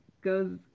Goes